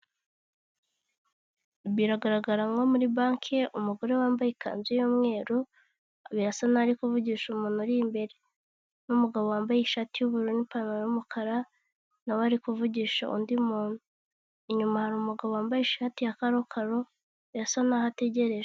Biragaragara nko muri banke umugore wambaye ikanzu y'umweru birasa naho ari kuvugisha umuntu uri imbere, n'umugabo wambaye ishati y'ubururu n'ipantaro y'umukara nawe ari kuvugisha undi muntu. Inyuma hari umugabo wambaye ishati ya karokaro birasa naho ategereje.